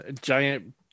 Giant